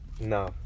no